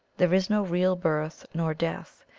there is no real birth nor death,